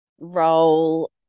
role